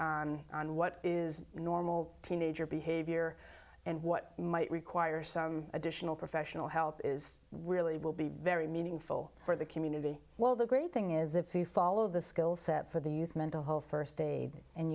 on what is normal teenager behavior and what might require some additional professional help is really will be very meaningful for the community while the great thing is if you follow the skill set for the youth mental health st aid and